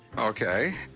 ok.